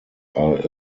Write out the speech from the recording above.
are